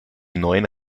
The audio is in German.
neuen